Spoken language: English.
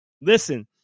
listen